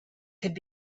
could